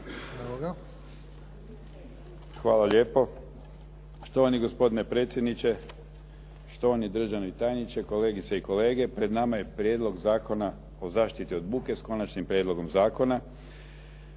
Hvala lijepo. Štovani gospodine predsjedniče, štovani državni tajniče, kolegice i kolege. Pred nama je Prijedlog zakona o zaštiti od buke s Konačnim prijedlogom zakona,